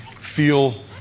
feel